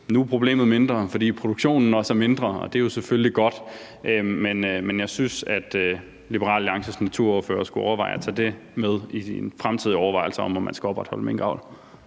Nu er problemet mindre, fordi produktionen også er mindre, og det er jo selvfølgelig godt. Men jeg synes, Liberal Alliances naturordfører skulle overveje at tage det med i sine fremtidige overvejelser om, hvorvidt man skal opretholde minkavl.